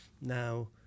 Now